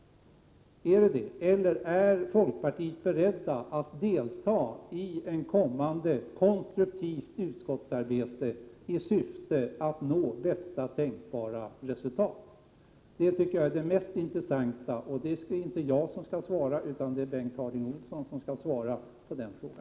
Förhåller det sig så, eller är folkpartiet berett att delta i ett kommande, konstruktivt utskottsarbete i syfte att uppnå bästa tänkbara resultat? Den frågan tycker jag som sagt att det vore 47 mest intressant att få svar på. Men det är inte jag utan Bengt Harding Olson som skall svara på denna fråga.